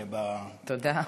תודה.